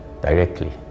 directly